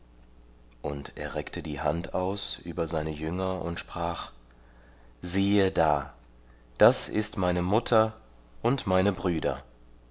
und er reckte die hand aus über seine jünger und sprach siehe da das ist meine mutter und meine brüder